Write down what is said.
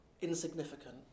insignificant